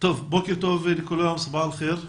בוקר טוב לכולם, צבאח אל-ח'יר.